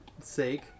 sake